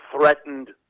threatened